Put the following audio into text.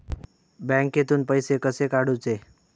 बँकेतून पैसे कसे काढूचे?